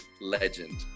legend